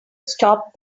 stop